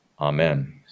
Amen